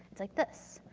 it's like this.